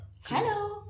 Hello